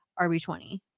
RB20